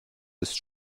ist